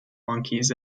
monkeys